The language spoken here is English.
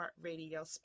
radio